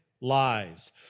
lives